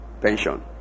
pension